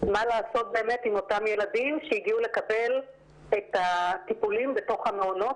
מה לעשות עם אותם ילדים שהגיעו לקבל את הטיפולים בתוך המעונות,